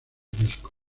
disco